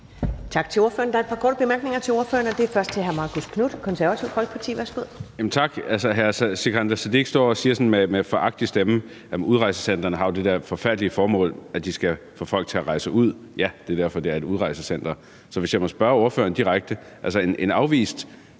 Tak til ordføreren. Der er et par korte bemærkninger til ordføreren, og det er først fra hr. Marcus Knuth, Det Konservative Folkeparti. Værsgo. Kl. 12:54 Marcus Knuth (KF): Tak. Hr. Sikandar Siddique står og siger med foragt i stemmen, at udrejsecentrene har det der forfærdelige formål, at de skal få folk til at rejse ud. Ja, det er derfor, det er et udrejsecenter. Så hvis jeg må spørge ordføreren direkte: Mener